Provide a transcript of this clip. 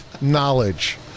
knowledge